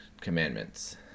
commandments